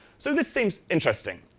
so this seems interesting.